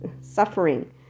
suffering